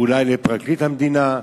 אולי לפרקליט המדינה,